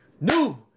new